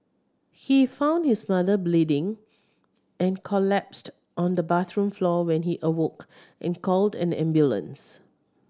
he found his mother bleeding and collapsed on the bathroom floor when he awoke and called an ambulance